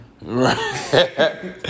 Right